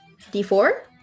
d4